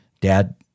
Dad